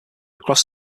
across